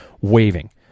waving